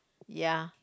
ya